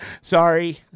Sorry